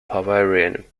bavarian